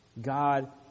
God